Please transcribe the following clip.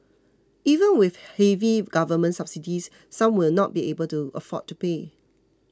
even with heavy government subsidies some will not be able to afford to pay